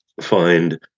find